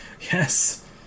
Yes